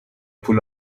پول